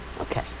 Okay